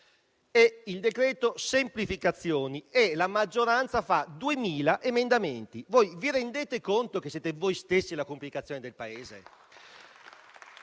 del decreto semplificazioni, ma la maggioranza presenta 2.000 emendamenti: vi rendete conto che siete voi stessi la complicazione del Paese?